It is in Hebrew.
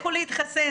לכו להתחסן,